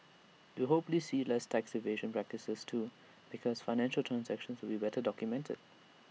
we will hopefully see less tax evasion practices too because financial transactions will better documented